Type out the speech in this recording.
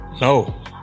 No